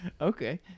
Okay